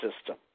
system